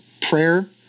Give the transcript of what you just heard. prayer